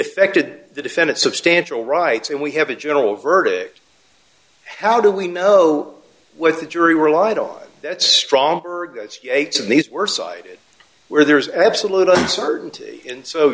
affected the defendant substantial rights and we have a general verdict how do we know what the jury relied on that's strong as yates and these were cited where there is absolute certainty and so